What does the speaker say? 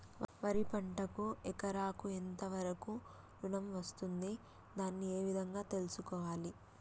వరి పంటకు ఎకరాకు ఎంత వరకు ఋణం వస్తుంది దాన్ని ఏ విధంగా తెలుసుకోవాలి?